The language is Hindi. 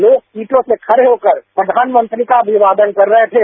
लोग सीटों पर खड़े होकर प्रधानमंत्री का अभिवादन कर रहे थे